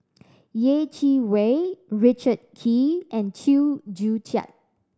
Yeh Chi Wei Richard Kee and Chew Joo Chiat